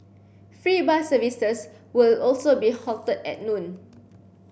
free bus services will also be halted at noon